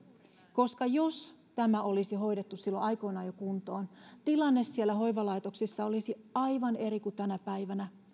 koska jos tämä olisi hoidettu kuntoon jo silloin aikoinaan tilanne siellä hoivalaitoksissa olisi aivan eri kuin tänä päivänä